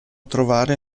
trovare